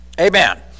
amen